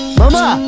mama